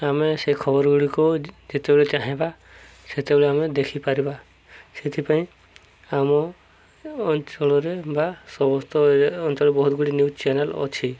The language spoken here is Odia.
ଆମେ ସେ ଖବର ଗୁଡ଼ିକୁ ଯେତେବେଳେ ଚାହିଁବା ସେତେବେଳେ ଆମେ ଦେଖିପାରିବା ସେଥିପାଇଁ ଆମ ଅଞ୍ଚଳରେ ବା ସମସ୍ତ ଅଞ୍ଚଳରେ ବହୁତ ଗୁଡ଼ିଏ ନ୍ୟୁଜ ଚ୍ୟାନେଲ ଅଛି